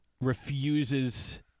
refuses